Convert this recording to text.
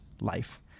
life